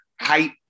height